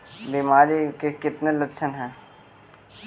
बीमारी के कितने लक्षण हैं?